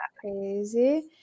crazy